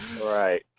Right